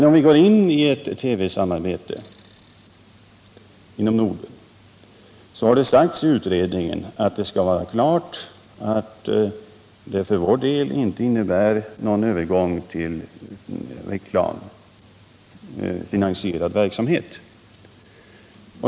Om vi går in i ett TV samarbete inom Norden, så har det sagts i utredningen att det skall vara klart att det för vår del inte innebär någon övergång till reklamfinansierad verksamhet.